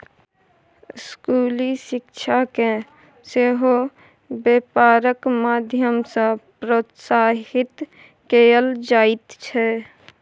स्कूली शिक्षाकेँ सेहो बेपारक माध्यम सँ प्रोत्साहित कएल जाइत छै